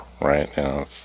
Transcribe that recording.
right